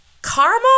Karma